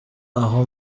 aho